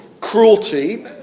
cruelty